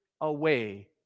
away